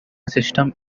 system